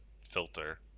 filter